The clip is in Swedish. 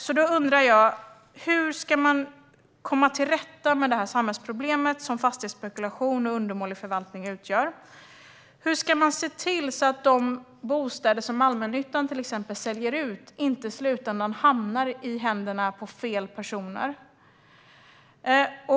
Jag undrar hur man ska komma till rätta med det samhällsproblem som fastighetsspekulation och undermålig förvaltning utgör. Hur ska man se till att de bostäder som allmännyttan till exempel säljer ut i slutändan inte hamnar i händerna på fel personer?